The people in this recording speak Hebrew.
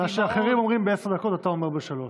מה שאחרים אומרים בעשר דקות אתה אומר בשלוש.